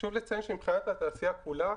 חשוב לציין שהתעשייה כולה,